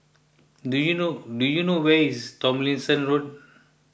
do you know do you know where is Tomlinson Road